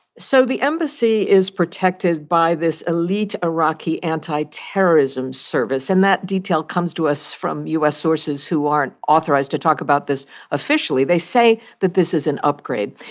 so the embassy is protected by this elite iraqi anti-terrorism service. and that detail comes to us from u s. sources who aren't authorized to talk about this officially. they say that this is an upgrade.